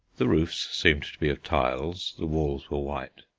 the roofs seemed to be of tiles, the walls were white,